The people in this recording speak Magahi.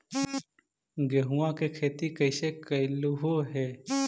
गेहूआ के खेती कैसे कैलहो हे?